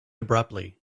abruptly